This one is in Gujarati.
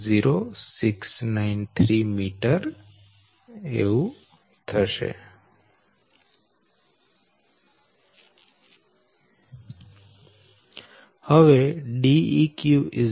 0693 મીટર હવે Deq13છે